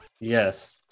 Yes